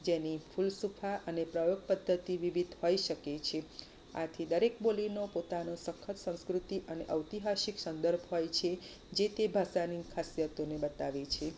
જેની ફૂલસુખા અને પ્રયોગ પદ્ધતિ વિવિધ હોય શકે છે આથી દરેક બોલીનું પોતાનું સખત કૃતિ અને ઔતિહાસિક સંદર્ભ હોય છે જે તે ભાષાની ખાસિયતોને બતાવે છે